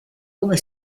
come